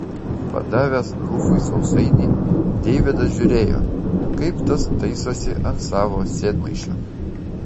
padavęs rufui sausainį deividas žiūrėjo kaip tas taisosi ant savo sėdmaišio